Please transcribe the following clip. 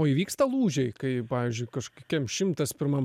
o įvyksta lūžiai kai pavyzdžiui kažkokiam šimtas pirmam